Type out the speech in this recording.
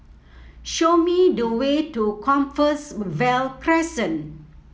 show me the way to Crescent